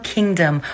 Kingdom